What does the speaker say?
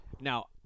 Now